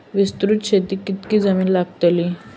विस्तृत शेतीक कितकी जमीन लागतली?